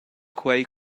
quei